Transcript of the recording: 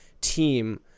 team